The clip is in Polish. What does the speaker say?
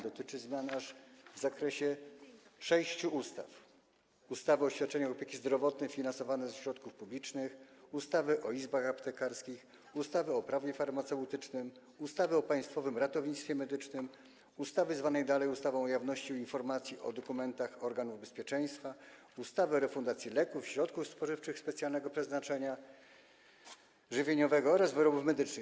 Dotyczy on zmian w zakresie aż sześciu ustaw: ustawy o świadczeniach opieki zdrowotnej finansowanych ze środków publicznych, ustawy o izbach aptekarskich, ustawy Prawo farmaceutyczne, ustawy o Państwowym Ratownictwie Medycznym, ustawy zwanej dalej ustawą o jawności informacji o dokumentach organów bezpieczeństwa, ustawy o refundacji leków, środków spożywczych specjalnego przeznaczenia żywieniowego oraz wyrobów medycznych.